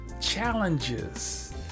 challenges